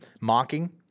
Mocking